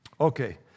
Okay